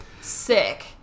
Sick